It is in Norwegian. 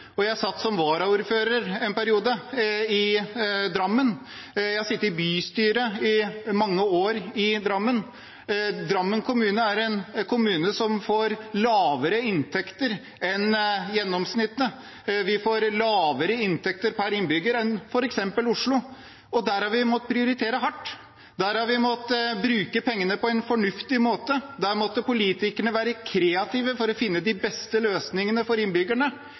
Jeg satt som varaordfører en periode i Drammen, og jeg har i mange år sittet i bystyret i Drammen. Drammen kommune er en kommune som får lavere inntekter enn gjennomsnittet. Vi får lavere inntekter per innbygger enn f.eks. Oslo. Der har vi måttet prioritere hardt. Der har vi måttet bruke pengene på en fornuftig måte. Der måtte politikerne være kreative for å finne de beste løsningene for innbyggerne.